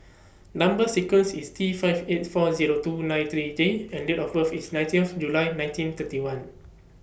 Number sequence IS T five eight four Zero two nine three J and Date of birth IS nineteenth July nineteen thirty one